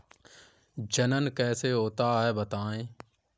जनन कैसे होता है बताएँ?